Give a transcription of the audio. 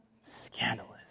Scandalous